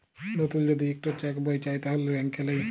লতুল যদি ইকট চ্যাক বই চায় তাহলে ব্যাংকে লেই